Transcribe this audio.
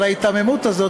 אבל ההיתממות הזאת,